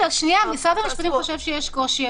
משרד המשפטים חושב שיש קושי,